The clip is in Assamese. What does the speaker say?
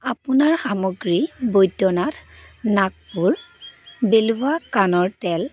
আপোনাৰ সামগ্ৰী বদ্যনাথ নাগপুৰ বিলৱা কাণৰ তেল